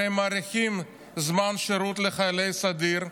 הרי הם מאריכים את זמן השירות לחיילי הסדיר,